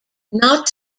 not